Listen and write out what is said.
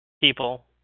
people